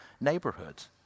neighborhoods